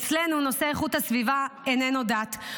אצלנו נושא איכות הסביבה איננו דת,